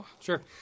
Sure